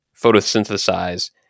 photosynthesize